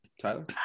Tyler